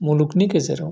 मुलुगनि गेजेराव